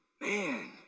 Man